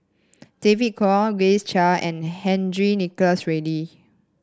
David Kwo Grace Chia and Henry Nicholas Ridley